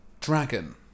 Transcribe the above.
Dragon